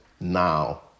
now